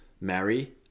marry